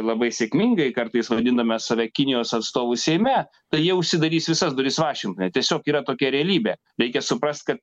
labai sėkmingai kartais vadiname save kinijos atstovu seime tai jie užsidarys visas duris vašingtone tiesiog yra tokia realybė reikia suprast kad